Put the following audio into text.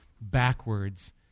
backwards